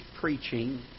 preaching